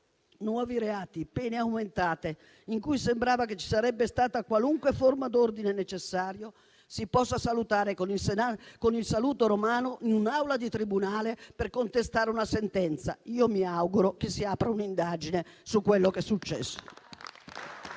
nuovi reati e pene aumentate, in cui sembrava che ci sarebbe stata qualunque forma d'ordine necessario, si possa fare il saluto romano in un'aula di tribunale per contestare una sentenza. Io mi auguro che si apra un'indagine su quello che è successo.